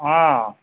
অঁ